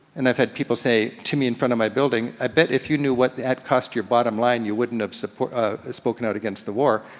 and i've had people say, to me in front of my building, i bet if you knew what that cost your bottom line, you wouldn't have ah spoken out against the war.